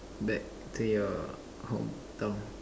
back to your hometown